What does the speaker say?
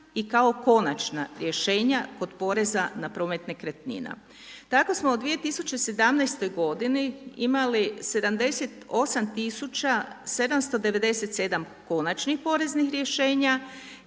i kao konačna rješenja kod poreza na promet nekretnina. Tako smo u 2017. godini imali 78 tisuća 797 konačnih poreznih rješenja